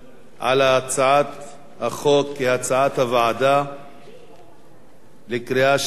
על הצעת החוק כהצעת הוועדה בקריאה שנייה.